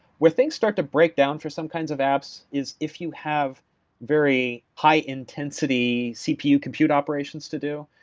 with things start to break down for some kinds of apps is if you have very high intensity cpu compute operations to do.